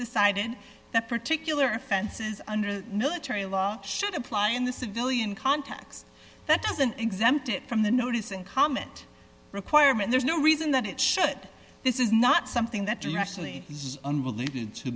decided that particular offenses under the military law should apply in the civilian context that doesn't exempt it from the notice and comment requirement there's no reason that it should this is not something that you actually this is unbelievable to